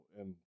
and-